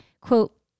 quote